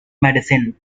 medicine